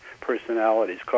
personalities